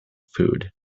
food